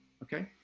Okay